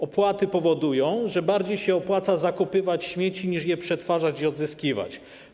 Opłaty powodują, że bardziej się opłaca kupować śmieci, niż je przetwarzać i odzyskiwać.